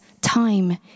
time